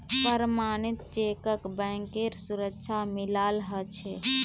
प्रमणित चेकक बैंकेर सुरक्षा मिलाल ह छे